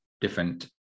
different